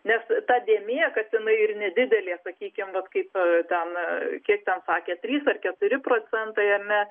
nes ta dėmė kad jinai ir nedidelė sakykim vat kaip ten kiek ten sakė trys ar keturi procentai jar ne